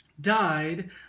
died